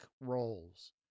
roles